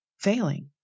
failing